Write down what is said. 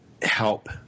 help